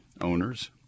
owners